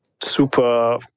super